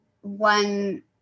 one